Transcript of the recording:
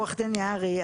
עו"ד יערי,